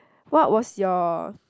what was your